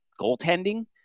goaltending